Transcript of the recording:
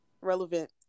relevant